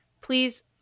please